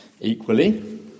Equally